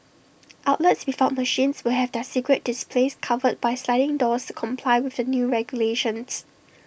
outlets without machines will have their cigarette displays covered by sliding doors comply with the new regulations